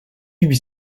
lui